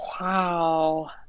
Wow